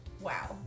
wow